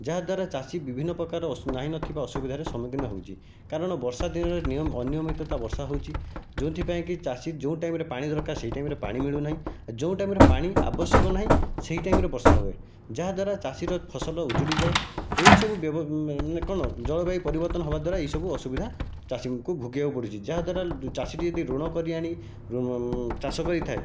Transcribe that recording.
ଯାହାଦ୍ୱାରା ଚାଷୀ ବିଭିନ୍ନ ପ୍ରକାର ନାହିଁ ନଥିବା ଅସୁବିଧାର ସମ୍ମୁଖୀନ ହେଉଛି କାରଣ ବର୍ଷାଦିନରେ ନିୟମ ଅନିୟମିତା ବର୍ଷା ହେଉଛି ଯୋଉଁଥିପାଇଁକି ଚାଷୀ ଯେଉଁ ଟାଇମରେ ପାଣି ଦରକାର ସେଇ ଟାଇମରେ ପାଣି ମିଳୁନାହିଁ ଯେଉଁ ଟାଇମରେ ପାଣି ଆବଶ୍ୟକ ନାହିଁ ସେଇ ଟାଇମରେ ବର୍ଷା ହୁଏ ଯାହାଦ୍ୱାରା ଚାଷୀର ଫସଲ ଉଜୁଡ଼ି ଯାଏ ଏହିସବୁ କ'ଣ ଜଳବାୟୁ ପରିବର୍ତ୍ତନ ହେବାଦ୍ୱାରା ଏହିସବୁ ଅସୁବିଧା ଚାଷୀଙ୍କୁ ଭୋଗିବାକୁ ପଡ଼ୁଛି ଯାହାଦ୍ୱାରା ଚାଷୀଟି ଯଦି ଋଣ କରି ଆଣି ଚାଷ କରିଥାଏ